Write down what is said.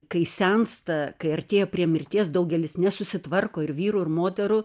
kai sensta kai artėja prie mirties daugelis nesusitvarko ir vyrų ir moterų